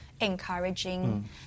encouraging